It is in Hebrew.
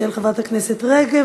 של חברי הכנסת רגב,